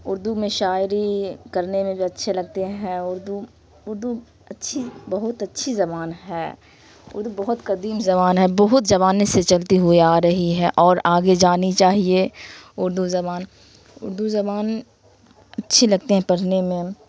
اردو میں شاعری کرنے میں بھی اچھے لگتے ہیں اردو اردو اچھی بہت اچھی زبان ہے اردو بہت قدیم زبان ہے بہت زمانے سے چلتی ہوئی آ رہی ہے اور آگے جانی چاہیے اردو زبان اردو زبان اچھی لگتی ہیں پڑھنے میں